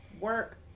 work